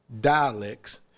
dialects